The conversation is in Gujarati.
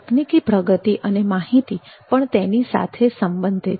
તકનીકી પ્રગતિ અને માહિતી પણ તેની સાથે સંબંધિત છે